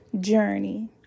journey